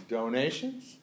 Donations